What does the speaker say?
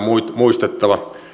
muistettava